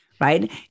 Right